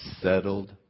settled